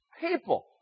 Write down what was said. people